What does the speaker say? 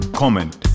comment